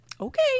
okay